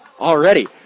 already